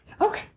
Okay